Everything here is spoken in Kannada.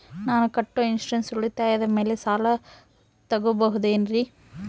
ನಾನು ಕಟ್ಟೊ ಇನ್ಸೂರೆನ್ಸ್ ಉಳಿತಾಯದ ಮೇಲೆ ಸಾಲ ತಗೋಬಹುದೇನ್ರಿ?